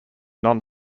non